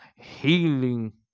Healing